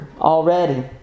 already